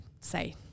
say